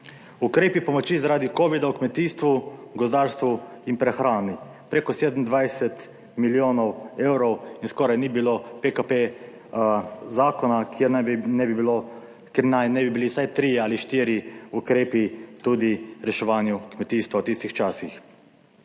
Ukrepi pomoči zaradi covida v kmetijstvu, gozdarstvu in prehrani preko 27 milijonov evrov. In skoraj ni bilo PKP zakona, ker naj ne bi bili vsaj trije ali štirje ukrepi, tudi reševanju kmetijstva v tistih časih.